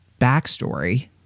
backstory